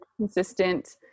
consistent